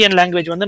language